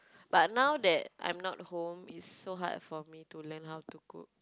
but now that I'm not home it's so hard for me to learn how to cook